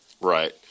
Right